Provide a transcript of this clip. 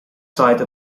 side